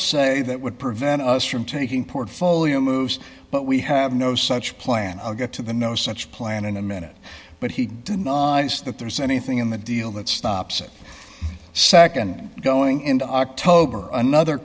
se that would prevent us from taking portfolio moves but we have no such plan i'll get to the no such plan in a minute but he denies that there's anything in the deal that stops it nd going into october another